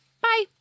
bye